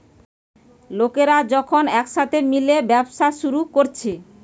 লোকরা যখন একসাথে মিলে ব্যবসা শুরু কোরছে